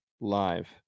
live